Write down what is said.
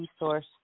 resource